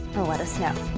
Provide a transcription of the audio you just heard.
let us know.